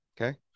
Okay